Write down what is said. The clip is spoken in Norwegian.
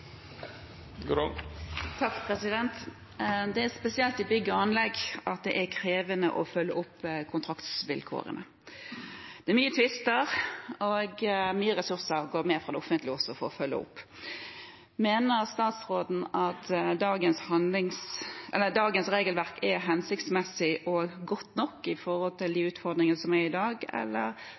Det er spesielt i bygg- og anleggsbransjen det er krevende å følge opp kontraktsvilkårene. Det er mange tvister, og det går med mye ressurser fra det offentlige for å følge opp. Mener statsråden at dagens regelverk er hensiktsmessig og godt nok med tanke på de utfordringene som er i dag, eller